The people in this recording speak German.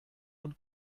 und